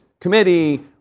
committee